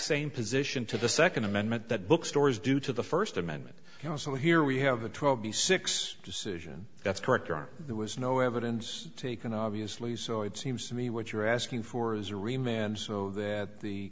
same position to the second amendment that bookstores do to the first amendment you know so here we have a twelve b six decision that's correct are there was no evidence taken obviously so it seems to me what you're asking for